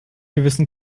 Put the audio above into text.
gewissen